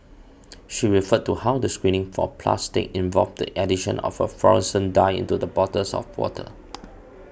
she referred to how the screening for plastic involved the addition of a fluorescent dye into the bottles of water